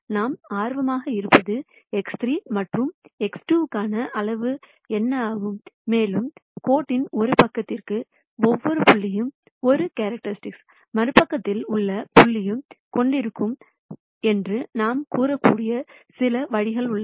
நாம் ஆர்வமாக இருப்பது X3 மற்றும் X2 க்கான அளவு என்ன ஆகும் மேலும் கோட்டின் ஒரு பக்கத்திற்கு ஒவ்வொரு புள்ளியும் ஒரே கேரக்டரிஸ்ட்டிக் மறுபுறத்தில் ஒவ்வொரு புள்ளியையும் கொண்டிருக்கும் என்று நாம் கூறக்கூடிய சில வழிகள் உள்ளன